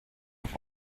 noch